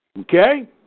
Okay